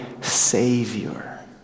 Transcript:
savior